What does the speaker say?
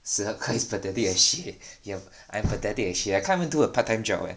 十二块 is pathetic as shit you I'm pathetic as shit I can't even do a part time job eh